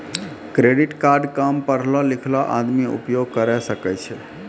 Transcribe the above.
Credit card काम पढलो लिखलो आदमी उपयोग करे सकय छै?